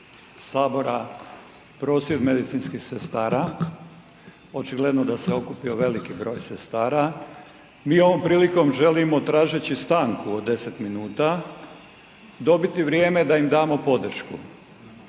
Sabora prosvjed medicinskih sestara, očigledno da se okupio veliki broj sestara. Mi ovom prilikom želimo, tražeći stanku od 10 minuta dobiti vrijeme da im damo podršku.